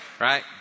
Right